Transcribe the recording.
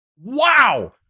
Wow